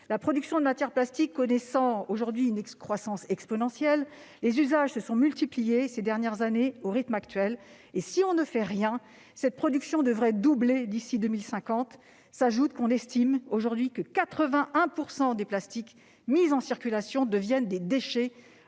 La production de matière plastique connaissant aujourd'hui une croissance exponentielle, les usages se sont multipliés ces dernières années. Au rythme actuel, si l'on ne fait rien, cette production devrait doubler d'ici à 2050. S'ajoute à cela le fait qu'on estime aujourd'hui que 81 % des plastiques mis en circulation deviennent des déchets